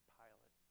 pilot